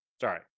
sorry